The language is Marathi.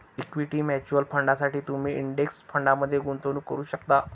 इक्विटी म्युच्युअल फंडांसाठी तुम्ही इंडेक्स फंडमध्ये गुंतवणूक करू शकता